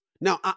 Now